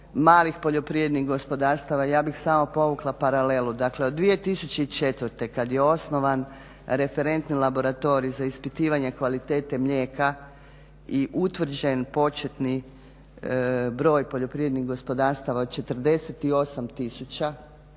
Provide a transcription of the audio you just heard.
malih poljoprivrednih gospodarstava. Ja bih samo povukla paralelu. Dakle, od 2004. kad je osnovan referentni laboratorij za ispitivanje kvalitete mlijeka i utvrđen početni broj poljoprivrednih gospodarstava 48000